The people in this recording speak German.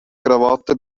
krawatte